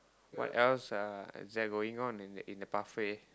what else uh is there going on in the in the pathway